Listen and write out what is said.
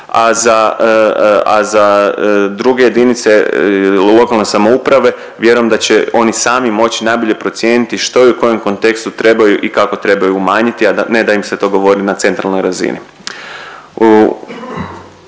a za druge jedinice lokalne samouprave vjerujem da će oni sami mogući najbolje procijeniti što i u kojem kontekstu trebaju i kako trebaju umanjiti, a ne da im se to govori na centralnoj razini.